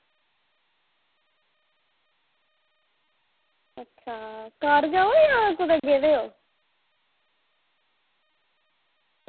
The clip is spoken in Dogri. अच्छा घर गै ओ जां कुदै गेदे ओ